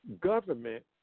government